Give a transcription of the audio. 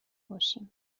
باشیم